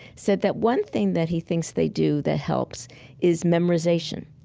said that one thing that he thinks they do that helps is memorization.